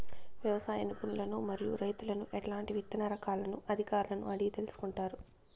వ్యవసాయ నిపుణులను మరియు రైతులను ఎట్లాంటి విత్తన రకాలను అధికారులను అడిగి తెలుసుకొంటారు?